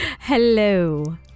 Hello